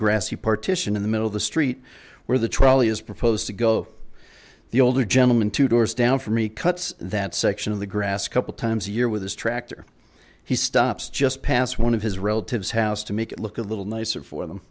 grassy partition in the middle of the street where the trolley is proposed to go the older gentleman two doors down from me cut that section of the grass couple times a year with his tractor he stops just past one of his relatives house to make it look a little nicer for them